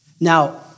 Now